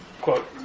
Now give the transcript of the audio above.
quote